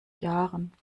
jahren